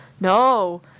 No